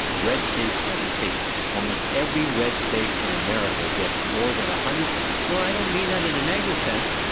red states are the takers. almost every red state in america gets more than one hundred no, i don't mean that in a negative sense,